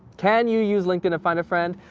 can you use linkedin to find a friend?